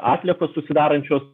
atliekos susidarančios